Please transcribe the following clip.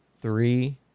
three